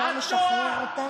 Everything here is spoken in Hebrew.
אני תכף אסדר לך את זה,